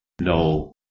no